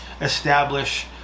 establish